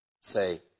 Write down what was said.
Say